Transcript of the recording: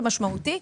שזה משמעותי,